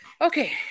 Okay